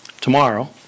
tomorrow